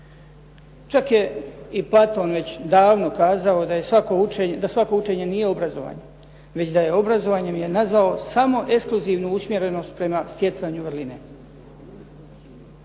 Čak je i Platon već davno kazao da je svako učenje, da svako učenje nije obrazovanje, već da je, obrazovanjem je nazvao samo ekskluzivnu usmjerenost prema stjecanju vrline.